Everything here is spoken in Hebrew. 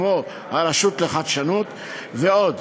כמו הרשות לחדשנות ועוד.